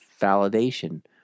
validation